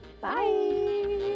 Bye